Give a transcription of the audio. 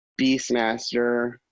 Beastmaster